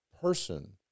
person